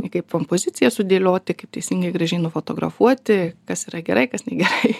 kaip kompoziciją sudėlioti kaip teisingai gražiai nufotografuoti kas yra gerai kas negerai